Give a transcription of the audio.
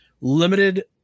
limited